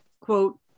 quote